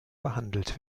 behandelt